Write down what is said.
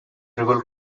river